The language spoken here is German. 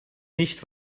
nicht